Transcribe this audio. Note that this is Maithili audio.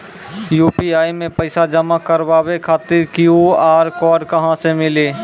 यु.पी.आई मे पैसा जमा कारवावे खातिर ई क्यू.आर कोड कहां से मिली?